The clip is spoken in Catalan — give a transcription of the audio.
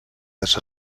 est